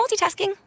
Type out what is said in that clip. multitasking